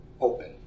open